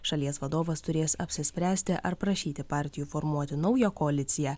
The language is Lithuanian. šalies vadovas turės apsispręsti ar prašyti partijų formuoti naują koaliciją